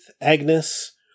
Agnes